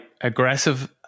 aggressive